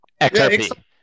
XRP